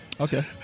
Okay